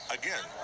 again